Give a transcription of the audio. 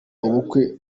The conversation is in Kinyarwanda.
ubukwe